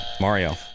Mario